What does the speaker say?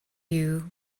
you